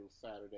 Saturday